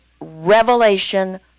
revelation